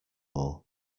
more